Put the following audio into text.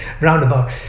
roundabout